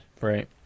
Right